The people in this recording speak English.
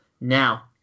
Now